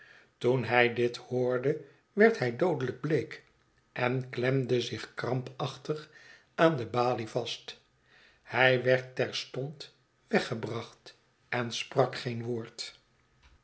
toen hij dit hoorde werd hij doodelijk bleek en klemde zich krampachtig aan de balie vast hij werd terstond w r eggebracht en sprak geen woord